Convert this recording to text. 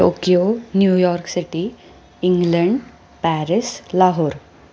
Tokyo New York city England Paris Lahore